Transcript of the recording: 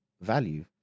value